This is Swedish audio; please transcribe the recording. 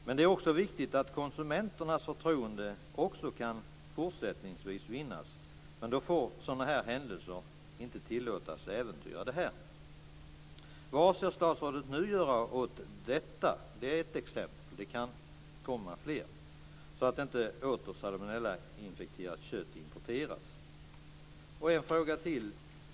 Men det är också viktigt att konsumenternas förtroende även fortsättningsvis kan vinnas. Sådana här händelser får inte tillåtas äventyra detta. Vad ska statsrådet nu göra åt detta? Det är ett exempel. Det kan komma fler. Vad ska statsrådet göra så att inte salmonellainfekterat kött åter importeras? Jag har en fråga till.